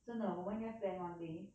真的我们应该 plan one day